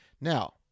now